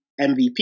MVP